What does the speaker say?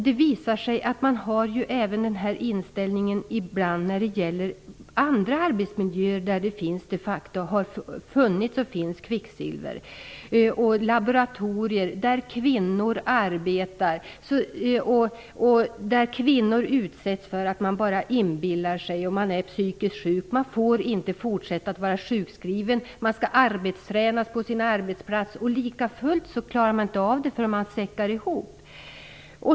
Det visar sig att man ibland också har den här inställningen när det gäller andra arbetsmiljöer där det har funnits och finns kvicksilver. Det gäller t.ex. laboratorier. Kvinnor som blir skadade på det här sättet anses bara inbilla sig, och det sägs att de är psykiskt sjuka. De får inte fortsätta att vara sjukskrivna, och de skall arbetstränas på sin arbetsplats. Ändå klarar det inte av det utan säckar ihop.